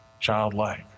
Childlike